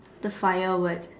the fire word